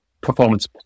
performance